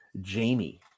Jamie